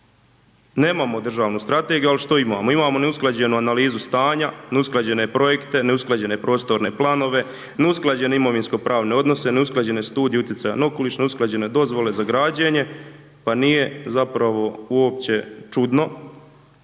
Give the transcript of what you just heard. nemamo državnu strategiju, al što imamo? Imamo neusklađenu analizu stanja, neusklađene projekte, neusklađene prostorne planove, neusklađene imovinsko pravne odnose, neusklađene studije utjecaja na okoliš, neusklađene dozvole za građenje, pa nije zapravo uopće čudno